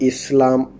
Islam